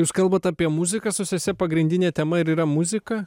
jūs kalbat apie muziką su sese pagrindinė tema ir yra muzika